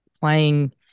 playing